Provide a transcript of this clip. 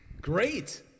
Great